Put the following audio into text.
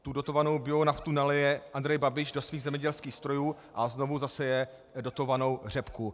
Tu dotovanou bionaftu nalije Andrej Babiš do svých zemědělských strojů a znovu zaseje dotovanou řepku.